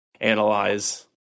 analyze